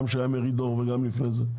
גם כשהיה מרידור וגם לפני זה,